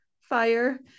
Fire